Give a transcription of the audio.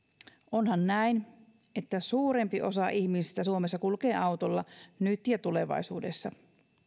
onhan näin että suurempi osa ihmisistä suomessa kulkee autolla nyt ja tulevaisuudessa